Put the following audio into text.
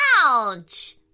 Ouch